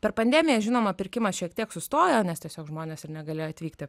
per pandemiją žinoma pirkimas šiek tiek sustojo nes tiesiog žmonės ir negalėjo atvykti